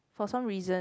for some reason